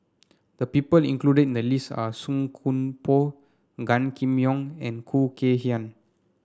the people included in the list are Song Koon Poh Gan Kim Yong and Khoo Kay Hian